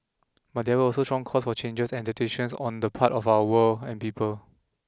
but there were also strong calls for changes and adaptation on the part of our world and people